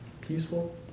peaceful